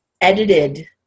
edited